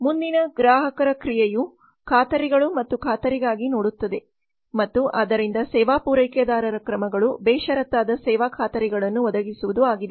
ಮುಂದಿನ ಗ್ರಾಹಕರ ಕ್ರಿಯೆಯು ಖಾತರಿಗಳು ಮತ್ತು ಖಾತರಿಗಾಗಿ ನೋಡುತ್ತದೆ ಮತ್ತು ಆದ್ದರಿಂದ ಸೇವಾ ಪೂರೈಕೆದಾರರ ಕ್ರಮಗಳು ಬೇಷರತ್ತಾದ ಸೇವಾ ಖಾತರಿಗಳನ್ನು ಒದಗಿಸುವುದು ಆಗಿದೆ